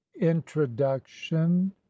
introduction